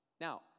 Now